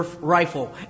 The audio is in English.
rifle